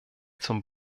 zum